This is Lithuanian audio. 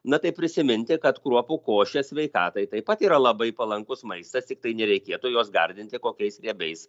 na tai prisiminti kad kruopų košės sveikatai taip pat yra labai palankus maistas tiktai nereikėtų jos gardinti kokiais riebiais